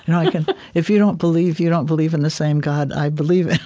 and like and if you don't believe, you don't believe in the same god i believe